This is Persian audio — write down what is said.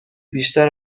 بیشتر